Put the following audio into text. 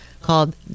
called